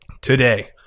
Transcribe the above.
today